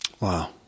Wow